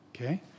okay